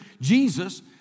Jesus